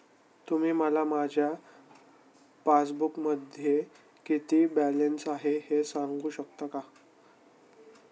तुम्ही मला माझ्या पासबूकमध्ये किती बॅलन्स आहे हे सांगू शकता का?